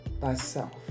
thyself